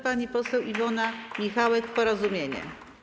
Pani poseł Iwona Michałek, Porozumienie.